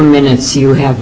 minutes you have a